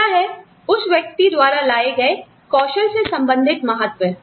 दूसरा है उस व्यक्ति द्वारा लाए गए कौशल से संबंधित महत्व